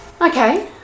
Okay